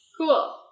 cool